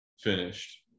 finished